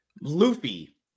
Luffy